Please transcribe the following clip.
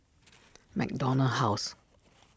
MacDonald House